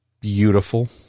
beautiful